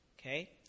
Okay